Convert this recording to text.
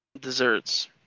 Desserts